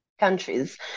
countries